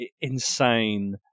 insane